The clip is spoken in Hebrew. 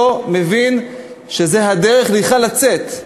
לא מבין שזאת הדרך בכלל לצאת.